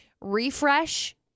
refresh